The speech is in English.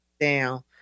down